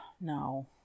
No